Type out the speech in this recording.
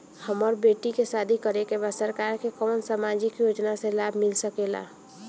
हमर बेटी के शादी करे के बा सरकार के कवन सामाजिक योजना से लाभ मिल सके ला?